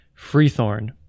Freethorn